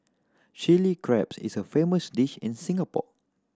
chilli crabs is a famous dish in Singapore